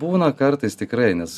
būna kartais tikrai nes